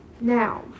now